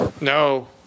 No